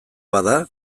bada